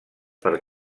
per